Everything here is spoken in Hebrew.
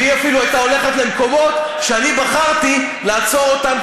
והיא אפילו הייתה הולכת למקומות שאני בחרתי לעצור אותם,